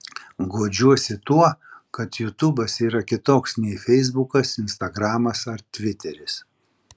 guodžiuosi tuo kad jutubas yra kitoks nei feisbukas instagramas ar tviteris